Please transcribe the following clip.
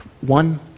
one